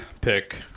pick